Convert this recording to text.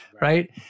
right